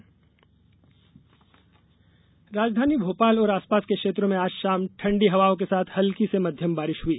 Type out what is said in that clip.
मौसम राजधानी भोपाल और आसपास के क्षेत्रों में आज शाम ठण्डी हवाओं के साथ हल्की से मध्यम बारिश हुई